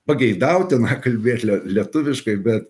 pageidautina kalbėt lie lietuviškai bet